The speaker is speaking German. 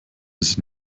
sie